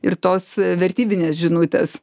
ir tos vertybinės žinutės